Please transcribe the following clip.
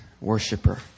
worshiper